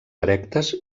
erectes